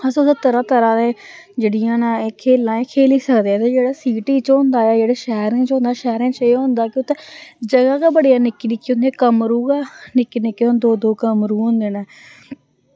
अस उत्थें तरह् तरह् दे जेह्ड़ियां न खेलां ऐ एह् खेली सकदे ऐ ते जेह्ड़ा सिटी च होंदा ऐ जेह्ड़ा शैह्रें च होंदा शैह्रें च एह् होंदा कि उत्थै जगह् गै बड़ियां निक्कियां निक्कियां होंदियां कमरू गै निक्के निक्के दो दो कमरू होंदे न